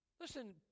Listen